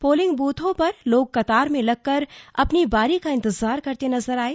polling ब्रथों पर लोग कतार में लगकर अपनी बारी का इंतजार करते नजर आये